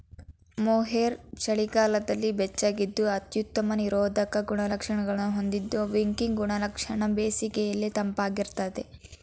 mohair ಚಳಿಗಾಲದಲ್ಲಿ ಬೆಚ್ಚಗಿದ್ದು ಅತ್ಯುತ್ತಮ ನಿರೋಧಕ ಗುಣಲಕ್ಷಣ ಹೊಂದಿದ್ದು ವಿಕಿಂಗ್ ಗುಣಲಕ್ಷಣ ಬೇಸಿಗೆಲಿ ತಂಪಾಗಿರ್ತದೆ